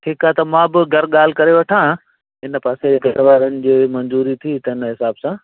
ठीकु आहे त मां बि घरु ॻाल्हि करे वठा इन पासे घरवारनि जे मंज़ूरी थी त इन हिसाब सां